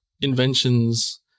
inventions